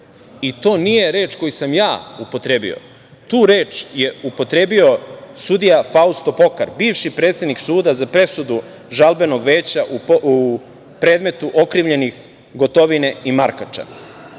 I to nije reč koju sam ja upotrebio, tu reč je upotrebio sudija Fausto Pokar, bivši predsednik suda za presudu Žalbenog veća u predmetu okrivljenih Gotovine i Markača. Dakle,